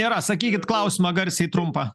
nėra sakykit klausimą garsiai trumpą